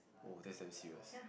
oh that's damn serious